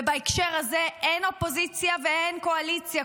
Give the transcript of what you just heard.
ובהקשר הזה אין אופוזיציה ואין קואליציה.